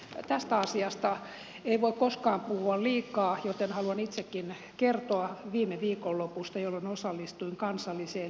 tästä asiasta ei voi koskaan puhua liikaa joten haluan itsekin kertoa viime viikonlopusta jolloin osallistuin kansalliseen liikuntafoorumiin